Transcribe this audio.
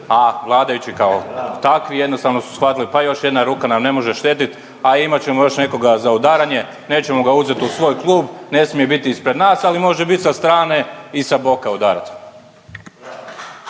a vladajući kao takvi jednostavno su shvatili, pa još jedna ruka nam ne može štetiti, a imat ćemo još nekoga za udaranje, nećemo ga uzeti u svoj klub, ne smije biti ispred nas, ali može biti sa strane i sa boka udarati.